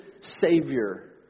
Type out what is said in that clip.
Savior